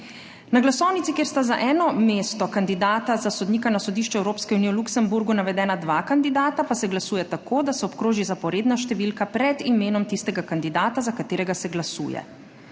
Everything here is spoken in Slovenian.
Na glasovnici, kjer sta za eno mesto kandidata za sodnika na Sodišču Evropske unije v Luksemburgu navedena dva kandidata, pa se glasuje tako, da se obkroži zaporedna številka pred imenom tistega kandidata, za katerega se glasuje.